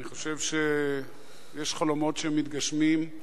אני חושב שיש חלומות שמתגשמים,